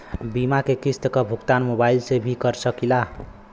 बीमा के किस्त क भुगतान मोबाइल से भी कर सकी ला?